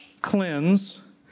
cleanse